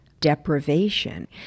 deprivation